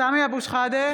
סמי אבו שחאדה,